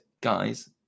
guys